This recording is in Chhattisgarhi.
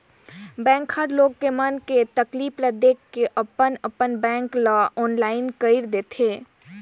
बेंक हर लोग मन के तकलीफ ल देख के अपन अपन बेंक ल आनलाईन कइर देथे